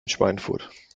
schweinfurt